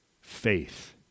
faith